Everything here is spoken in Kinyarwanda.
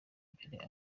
mbere